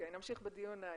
נמשיך בדיון הענייני.